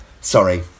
sorry